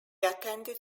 attended